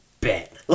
Bet